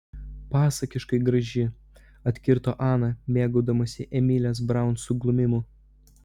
pasakiškai graži atkirto ana mėgaudamasi emilės braun suglumimu